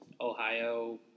Ohio